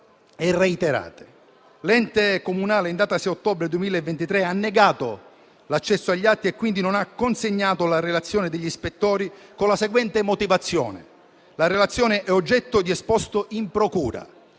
e reiterate. L'ente comunale, in data 6 ottobre 2023, ha negato l'accesso agli atti e quindi non ha consegnato la relazione degli ispettori, con la seguente motivazione: la relazione è oggetto di esposto in procura.